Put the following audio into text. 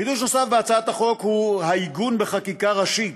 חידוש נוסף בהצעת החוק הוא העיגון בחקיקה ראשית